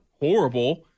horrible